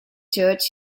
church